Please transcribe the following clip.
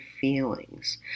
feelings